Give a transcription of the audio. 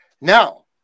Now